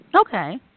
Okay